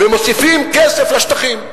ומוסיפים כסף לשטחים.